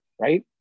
Right